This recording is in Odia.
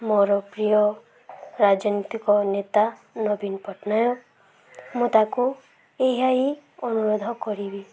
ମୋର ପ୍ରିୟ ରାଜନୀତିକ ନେତା ନବୀନ ପଟ୍ଟନାୟକ ମୁଁ ତାକୁ ଏହା ହିଁ ଅନୁରୋଧ କରିବି